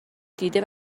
دیده